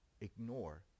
ignore